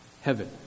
Heaven